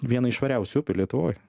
viena iš švariausių upių lietuvoj